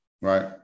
right